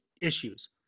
issues